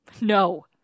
No